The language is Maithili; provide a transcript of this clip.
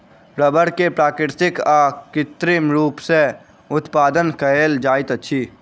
रबड़ के प्राकृतिक आ कृत्रिम रूप सॅ उत्पादन कयल जाइत अछि